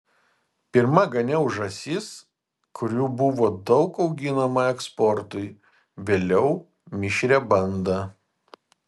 pirma ganiau žąsis kurių buvo daug auginama eksportui vėliau mišrią bandą